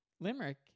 Limerick